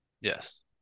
Yes